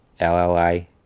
LLI